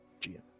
GM